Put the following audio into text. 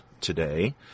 today